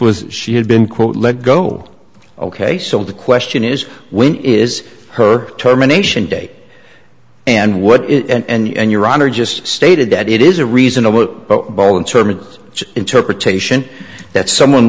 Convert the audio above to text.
was she had been quote let go ok so the question is when is her terminations day and what and your honor just stated that it is a reasonable ball in terms of interpretation that someone